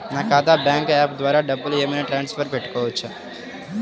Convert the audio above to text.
నా ఖాతా bank app ద్వారా డబ్బులు ఏమైనా ట్రాన్స్ఫర్ పెట్టుకోవచ్చా?